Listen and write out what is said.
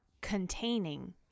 containing